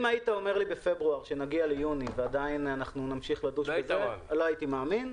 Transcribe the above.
אם הייתי אומר לי בפברואר שנגיע ליוני ועדיין נמשיך - לא הייתי מאמין.